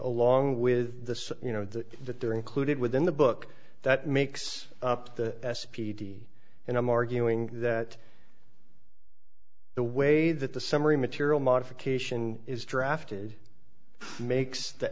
along with this you know that they're included within the book that makes up the s p d and i'm arguing that the way that the summary material modification is drafted makes the